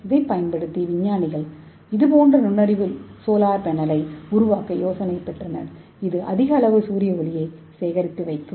இதைப் பயன்படுத்தி விஞ்ஞானிகள் இதுபோன்ற நுண்ணறிவு சோலார் பேனலை உருவாக்க யோசனை பெற்றனர் இது அதிக அளவு சூரிய ஒளியை அறுவடை செய்யலாம்